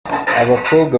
abakobwa